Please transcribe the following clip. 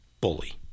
bully